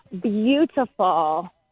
beautiful